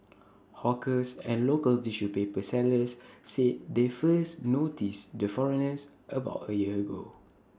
hawkers and local tissue paper sellers said they first noticed the foreigners about A year ago